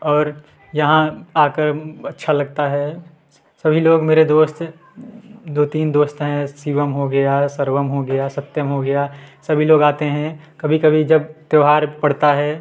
और यहाँ आकर अच्छा लगता है सभी लोग मेरे दोस्त दो तीन दोस्त हैं शिवम हो गया सर्वम हो गया सत्यम हो गया सभी लोग आते हैं कभी कभी जब त्योहार पड़ता है